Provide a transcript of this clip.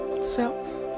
self